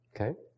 Okay